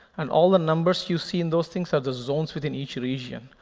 and all the numbers you see in those things are the zones within each region,